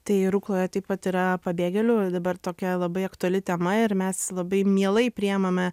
tai rukloje taip pat yra pabėgėlių dabar tokia labai aktuali tema ir mes labai mielai priimame